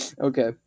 Okay